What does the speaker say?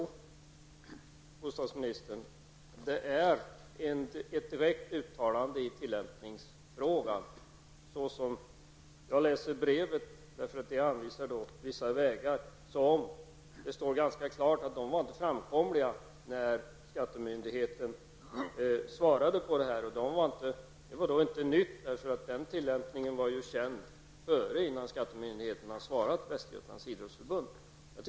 Herr talman! Jo, det är ett direkt uttalande i tillämpningsfrågan. I brevet anvisas vägar. Där står klart att de var inte framkomliga när skattemyndigheten svarade på brevet. Men det var inte nytt, eftersom den tillämpningen var känd redan innan skattemyndigheten svarade på frågan från Västergötlands idrottsförbund.